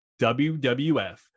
WWF